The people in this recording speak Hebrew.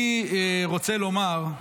אני רוצה לומר,